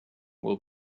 will